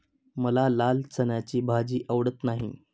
मला लाल चण्याची भाजी आवडत नाही